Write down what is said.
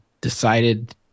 decided